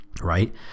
right